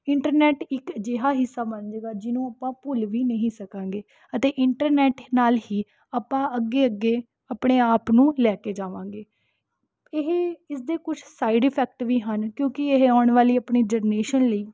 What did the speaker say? internet ਇੱਕ ਅਜਿਹਾ ਹਿੱਸਾ ਬਣ ਜੇਗਾ ਜਿਹਨੂੰ ਆਪਾਂ ਭੁੱਲ ਵੀ ਨਹੀਂ ਸਕਾਂਗੇ ਅਤੇ ਇੰਟਰਨੈੱਟ ਨਾਲ ਹੀ ਆਪਾਂ ਅੱਗੇ ਅੱਗੇ ਆਪਣੇ ਆਪ ਨੂੰ ਲੈ ਕੇ ਜਾਵਾਂਗੇ ਇਹ ਇਸਦੇ ਕੁਝ ਸਾਇਡ ਇਫੇਕਟ ਵੀ ਹਨ ਕਿਉਂਕਿ ਇਹ ਆਉਣ ਵਾਲੀ ਆਪਣੀ ਜਨਰੇਸ਼ਨ ਲਈ